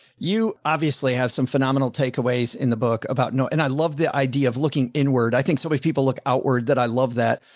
you obviously have some phenomenal takeaways in the book about, and and i love the idea of looking inward. i think so many people look outward that i love that.